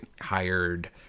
hired